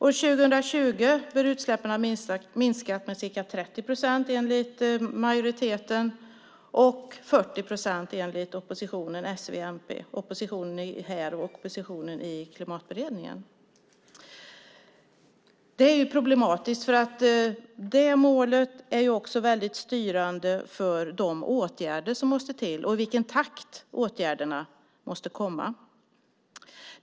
År 2020 bör utsläppen ha minskat med ca 30 procent enligt majoriteten och med 40 procent enligt oppositionen, både här och i Klimatberedningen, bestående av s, v och mp. Det är problematiskt eftersom det målet är väldigt styrande för de åtgärder som måste vidtas och i vilken takt som åtgärderna måste vidtas.